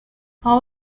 all